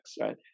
right